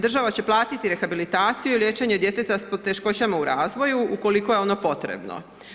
Država će platiti rehabilitaciju i liječenje djeteta s poteškoćama u razvoju ukoliko je ono potrebno.